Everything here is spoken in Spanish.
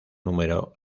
número